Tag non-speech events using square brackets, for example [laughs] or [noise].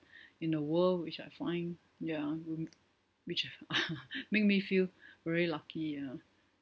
in a world which I find ya mm which [laughs] make me feel very lucky uh